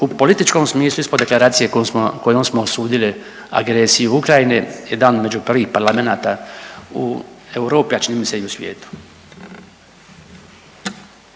u političkom smislu ispod deklaracije kojom smo osudili agresije Ukrajine, jedan među prvih parlamenata u Europi, a čini se i u svijetu.